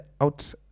out